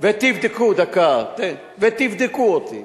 ותבדקו אותי.